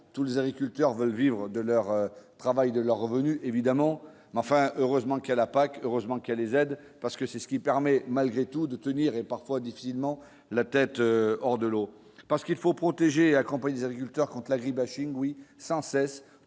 tous les agriculteurs veulent vivre de leur travail de leurs revenus, évidemment, mais enfin heureusement qu'elle la PAC heureusement qu'elle les aide parce que c'est ce qui permet malgré tout de tenir et parfois difficilement la tête hors de l'eau, parce qu'il faut protéger accompagner des agriculteurs compte l'agri-bashing oui sans cesse